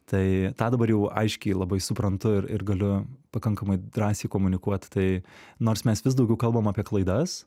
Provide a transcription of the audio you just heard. tai tą dabar jau aiškiai labai suprantu ir galiu pakankamai drąsiai komunikuot tai nors mes vis daugiau kalbam apie klaidas